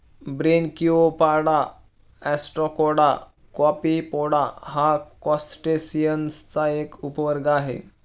Branchiopoda, Ostracoda, Copepoda हा क्रस्टेसिअन्सचा एक उपवर्ग आहे